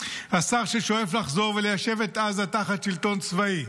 השר ששואף לחזור וליישב את עזה תחת שלטון צבאי,